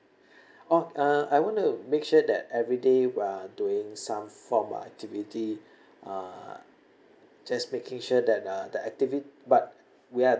oh uh I want to make sure that every day we're doing some form of activity uh just making sure that uh the activit~ but we are